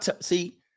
See